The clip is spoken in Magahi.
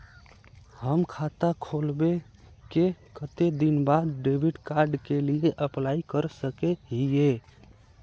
हम खाता खोलबे के कते दिन बाद डेबिड कार्ड के लिए अप्लाई कर सके हिये?